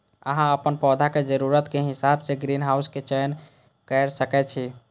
अहां अपन पौधाक जरूरत के हिसाब सं ग्रीनहाउस के चयन कैर सकै छी